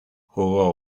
jugó